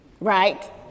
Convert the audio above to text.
right